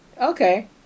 okay